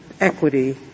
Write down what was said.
equity